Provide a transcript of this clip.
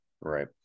right